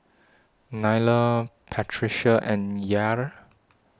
Nyla Patricia and Yair